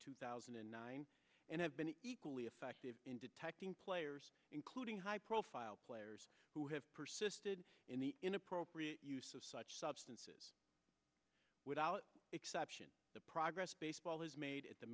two thousand and nine and have been equally effective in detecting players including high profile players who have persisted in the inappropriate use of such substances without exception the progress baseball has made